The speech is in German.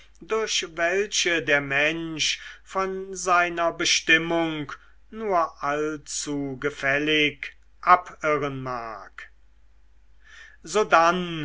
durch welche der mensch von seiner bestimmung nur allzu gefällig abirren mag sodann